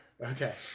Okay